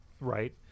Right